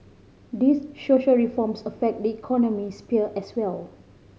these reforms affect the economic sphere as well